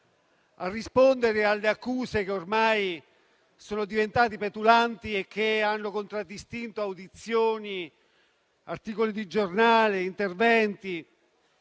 rispondere alle accuse, che ormai sono diventate petulanti e che hanno contraddistinto audizioni, articoli di giornale ed interventi,